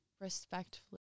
respectfully